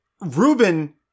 Ruben